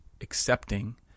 accepting